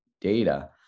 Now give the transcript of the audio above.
data